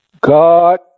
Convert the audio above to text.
God